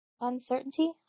uncertainty